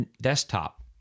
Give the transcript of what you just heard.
desktop